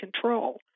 control